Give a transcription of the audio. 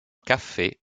café